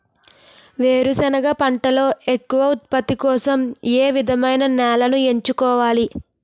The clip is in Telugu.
వేరుసెనగ పంటలో ఎక్కువ ఉత్పత్తి కోసం ఏ విధమైన నేలను ఎంచుకోవాలి?